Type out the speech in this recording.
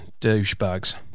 douchebags